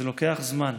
זה לוקח זמן.